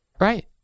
Right